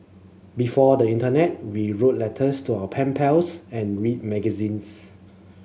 before the internet we wrote letters to our pen pals and read magazines